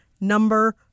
number